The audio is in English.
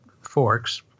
forks